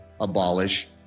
abolish